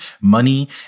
money